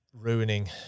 ruining